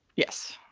yes.